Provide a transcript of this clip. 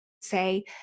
say